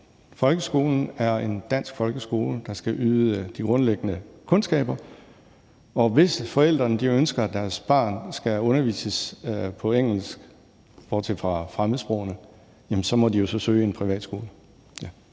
Folkeskolen er en dansk folkeskole, der skal bibringe de grundlæggende kundskaber, og hvis forældrene ønsker, at deres barn skal undervises på engelsk, bortset fra fremmedsprogene, så må de så søge ind på en privatskole.